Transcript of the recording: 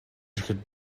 ирэхэд